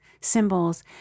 symbols